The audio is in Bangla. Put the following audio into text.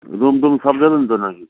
রুম টুম সব দেবেন তো না কি